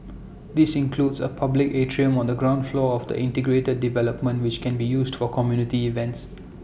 these includes A public atrium on the ground floor of the integrated development which can be used for community events